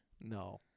No